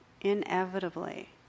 inevitably